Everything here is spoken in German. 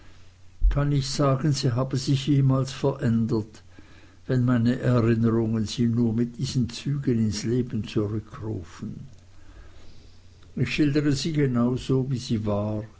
kann ich sagen sie habe sich jemals verändert wenn meine erinnerungen sie nur mit diesen zügen ins leben zurückrufen ich schildere sie genau so wie sie war